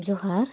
ᱡᱚᱦᱟᱨ